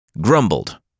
grumbled